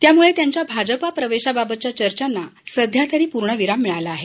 त्यामुळे त्यांच्या भाजपा प्रवेशाबाबतच्या चर्चाना सध्या तरी पूर्ण विराम मिळाला आहे